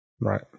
right